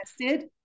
tested